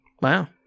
Wow